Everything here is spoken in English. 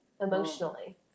emotionally